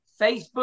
Facebook